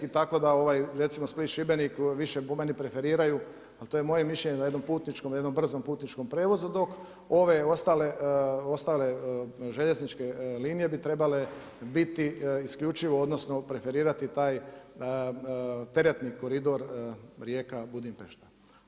I tako da recimo Split, Šibenik više po meni preferiraju ali to je moje mišljenje na jednom putničkom, na jednom brzom prijevozu dok ove ostale željezničke linije bi trebale biti isključivo, odnosno preferirati taj teretni koridor Rijeka-Budimpešta.